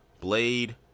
Blade